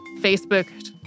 Facebook